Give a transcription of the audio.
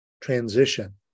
transition